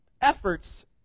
efforts